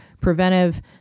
preventive